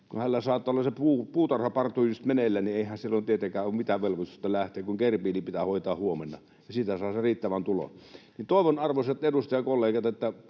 Kun hänellä saattaa olla puutarhaparty just meneillään, niin eihän silloin tietenkään ole mitään velvollisuutta lähteä, kun gerbiili pitää hoitaa huomenna ja siitä saa sen riittävän tulon. Toivon, arvoisat edustajakollegat, että